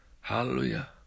Hallelujah